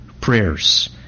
prayers